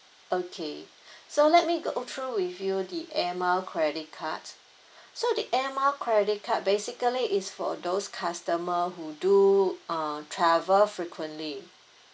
okay so let me go through with you the Air Miles credit cards so the Air Miles credit card basically is for those customer who do uh travel frequently